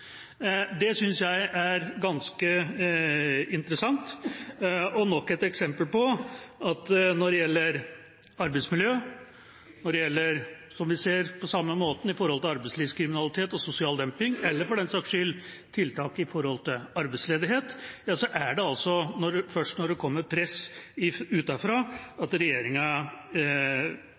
Det synes jeg er ganske interessant og nok et eksempel på at når det gjelder arbeidsmiljø – og på samme måte som tiltak mot arbeidslivskriminalitet og sosial dumping, eller for den saks skyld tiltak mot arbeidsledighet – ja, så er det altså først når det kommer press utenfra at regjeringa